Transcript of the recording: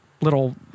little